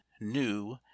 NEW